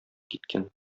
киткән